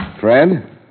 Fred